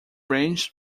ranges